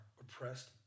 oppressed